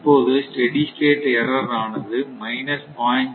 இப்போது steady state error ஆனது minus 0